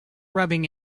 rubbing